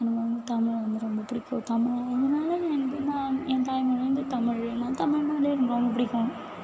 எனக்கு வந்து தமிழை வந்து ரொம்ப பிடிக்கும் தமிழர்கள்ன்னா இருந்தாலும் ஏன் தாய் மொழி வந்து தமிழை நான் தமிழ்னாலே எனக்கு ரொம்ப பிடிக்கும்